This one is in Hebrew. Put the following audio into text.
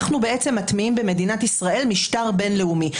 אנחנו בעצם מטמיעים במדינת ישראל משטר בין-לאומי.